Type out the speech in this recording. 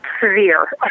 severe